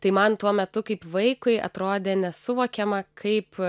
tai man tuo metu kaip vaikui atrodė nesuvokiama kaip